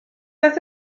oedd